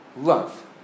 Love